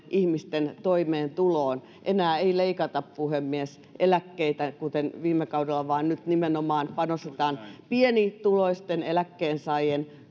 ihmisten toimeentuloon enää ei leikata puhemies eläkkeitä kuten viime kaudella vaan nyt nimenomaan panostetaan pienituloisten eläkkeensaajien